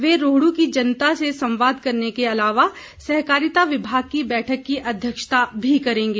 वे रोहडू की जनता से संवाद करने के अलावा सहकारिता विभाग की बैठक की अध्यक्षता भी करेंगे